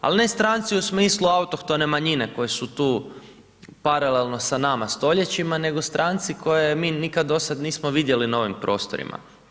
Ali ne stranci u smislu autohtone manjine koje su tu paralelno sa nama stoljećima nego stranci koje mi nikad do sada nismo vidjeli na ovim prostorima.